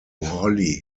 holly